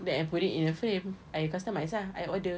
then I put it in a frame I customise ah I order